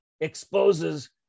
exposes